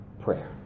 Prayer